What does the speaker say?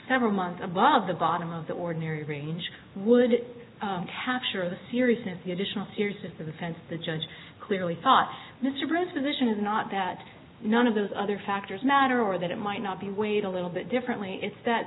several months above the bottom of the ordinary range would capture the seriousness the additional seriousness of the fence the judge clearly thought mr president is not that none of those other factors matter or that it might not be weighed a little bit differently it's that